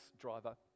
driver